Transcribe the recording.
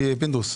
פינדרוס.